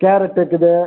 carrot இருக்குது